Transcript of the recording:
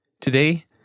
Today